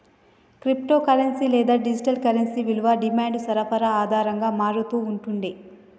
crypto currency లేదా digital currency విలువ demand, సరఫరా ఆధారంగా మారతూ ఉంటుండే